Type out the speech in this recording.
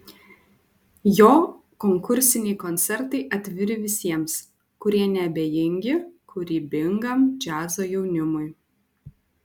jo konkursiniai koncertai atviri visiems kurie neabejingi kūrybingam džiazo jaunimui